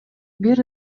бир